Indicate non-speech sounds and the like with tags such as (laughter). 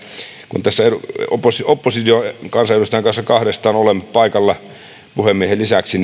kun tässä opposition opposition kansanedustajan kanssa kahdestaan olemme paikalla puhemiehen lisäksi (unintelligible)